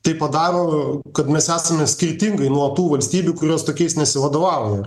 tai padaro kad mes esame skirtingai nuo tų valstybių kurios tokiais nesivadovauja